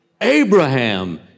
Abraham